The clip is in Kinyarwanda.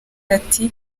ati